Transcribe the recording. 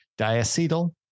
diacetyl